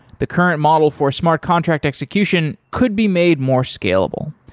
the current model for smart contract execution could be made more scalable.